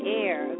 air